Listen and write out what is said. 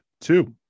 two